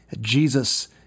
Jesus